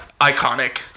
iconic